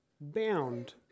bound